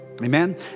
Amen